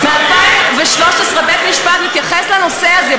מ-2013 בית-משפט מתייחס לנושא הזה.